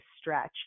stretch